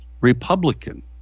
Republican